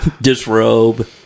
disrobe